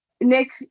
Nick